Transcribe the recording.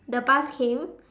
the bus came